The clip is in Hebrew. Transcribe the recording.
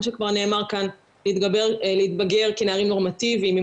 שכבר נאמר כאן להתבגר כנערים נורמטיביים,